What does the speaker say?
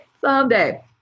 someday